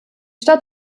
stadt